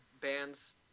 bands